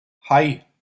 hei